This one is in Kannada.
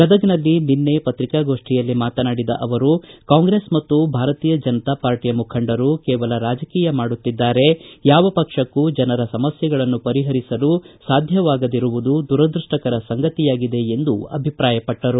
ಗದಗನಲ್ಲಿ ನಿನ್ನೆ ಪತ್ರೀಕಾಗೋಷ್ಠಿಯಲ್ಲಿ ಮಾತನಾಡಿದ ಅವರು ಕಾಂಗ್ರೆಸ್ ಮತ್ತು ಭಾರತೀಯ ಜನತಾ ಪಕ್ಷದ ಮುಖಂಡರು ಕೇವಲ ರಾಜಕೀಯ ಮಾಡುತ್ತಿದ್ದಾರೆ ಯಾವ ಪಕ್ಷಕ್ಕೂ ಜನರ ಸಮಸ್ಥೆಗಳನ್ನು ಪರಿಪರಿಸಲು ಸಾಧ್ಯವಾಗದಿರುವುದು ದುರದೃಷ್ಷಕರ ಸಂಗತಿಯಾಗಿದೆ ಎಂದು ಅಭಿಪ್ರಾಯಪಟ್ಟರು